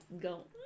go